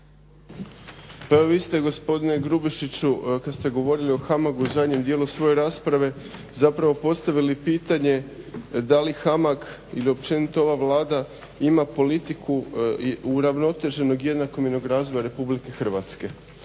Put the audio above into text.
Pa evo vi ste gospodine Grubišiću kad ste govorili o HAMAG-u u zadnjem dijelu svoje rasprave zapravo postavili pitanje da li HAMAG ili općenito ova Vlada ima politiku uravnoteženog, jednakomjernog razvoja Republike Hrvatske